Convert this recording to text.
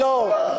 לא, לא.